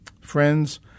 Friends